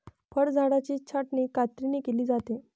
फळझाडांची छाटणी कात्रीने केली जाते